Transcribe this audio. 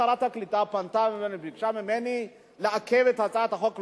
שרת הקליטה פנתה וביקשה ממני לעכב את הצעת החוק,